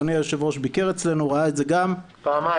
אדוני היו"ר ביקר אצלנו וראה את זה גם --- פעמיים.